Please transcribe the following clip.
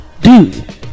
dude